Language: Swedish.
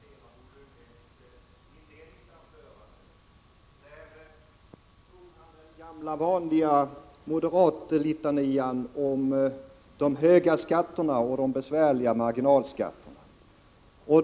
Fru talman! Jag skall först något litet kommentera Bo Lundgrens inledningsanförande. Han drog den gamla vanliga moderatlitanian om de höga skatterna och de besvärliga marginalskatterna.